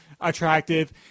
attractive